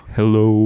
Hello